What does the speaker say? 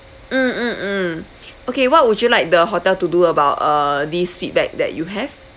mm mm mm okay what would you like the hotel to do about uh these feedback that you have